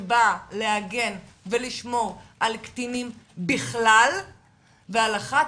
שבאה להגן ולשמור על קטינים בכלל ועל אחת